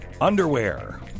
underwear